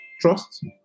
trust